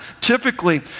typically